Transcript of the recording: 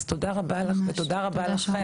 אז תודה רבה לך ותודה רבה לכם,